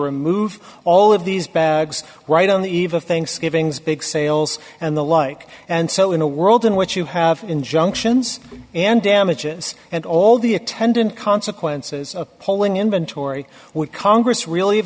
remove all of these bags right on the eve of thanksgiving zbig sales and the like and so in a world in which you have injunctions and damages and all the attendant consequences of pulling inventory would congress re